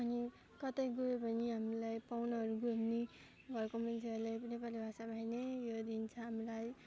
अनि कतै गयो भने हामीलाई पाहुनाहरू गयो भने घरको मान्छेहरूले नेपाली भाषामा नै यो दिन्छ हामीलाई